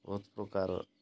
ବହୁତ ପ୍ରକାର